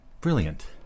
Brilliant